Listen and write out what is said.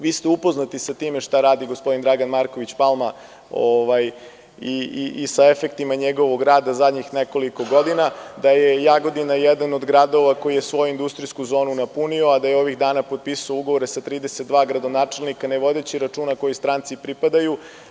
Vi ste upoznati sa time šta radi gospodin Dragan Marković Palma i sa efektima njegovog rada zadnjih nekoliko godina, da je Jagodina jedan od gradova koji je svoju industrijsku zonu napunio, a da je ovih dana potpisao ugovor sa 32 gradonačelnika, ne vodeći računa kojoj stranci pripadaju.